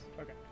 Okay